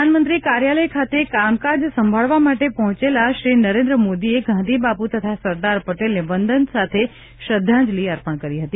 પ્રધાનમંત્રી કાર્યાલય ખાતે કામકાજ સંભાળવા માટે પહોંચેલા શ્રી નરેન્દ્ર મોદીએ ગાંધી બાપુ તથા સરદાર પટેલને વંદન સાથે શ્રધ્ધાજંલિ અર્પણ કરી હતી